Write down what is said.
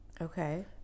Okay